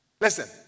Listen